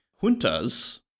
juntas